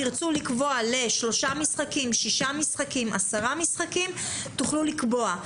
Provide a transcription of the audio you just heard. תרצו לקבוע לשלושה-שישה-עשרה משחקים, תוכלו לקבוע.